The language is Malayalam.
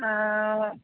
നാളെ